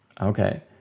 Okay